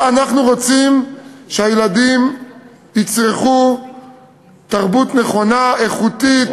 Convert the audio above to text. אנחנו רוצים שהילדים יצרכו תרבות נכונה, איכותית,